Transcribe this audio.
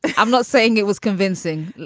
i'm not saying it was convincing.